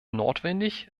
notwendig